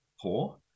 poor